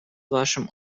вашим